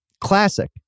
Classic